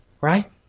Right